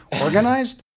organized